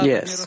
Yes